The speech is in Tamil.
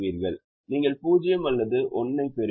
நீங்கள் 0 அல்லது 1 ஐப் பெறுவீர்கள்